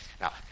Now